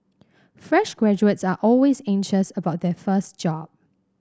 fresh graduates are always anxious about their first job